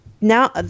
now